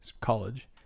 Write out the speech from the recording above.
college